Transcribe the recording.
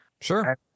Sure